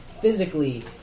physically